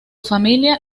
familia